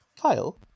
Kyle